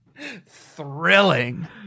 Thrilling